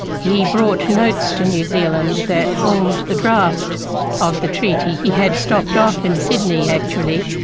he brought notes to new zealand that formed the draft of the treaty. he had stopped off in sydney actually,